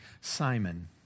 Simon